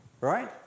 right